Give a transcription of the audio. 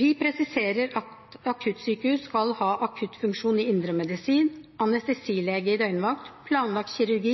Vi presiserer at akuttsykehus skal ha akuttfunksjon i indremedisin, anestesilege i døgnvakt, planlagt kirurgi,